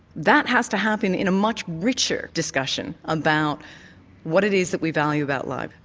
that has to happen in a much richer discussion about what it is that we value about life.